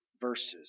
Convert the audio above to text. verses